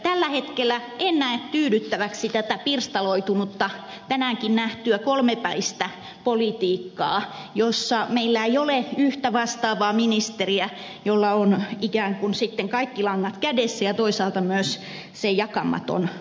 tällä hetkellä en näe tyydyttäväksi tätä pirstaloitunutta tänäänkin nähtyä kolmipäistä politiikkaa jossa meillä ei ole yhtä vastaavaa ministeriä jolla on ikään kuin sitten kaikki langat kädessä ja toisaalta myös se jakamaton vastuu